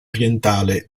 orientale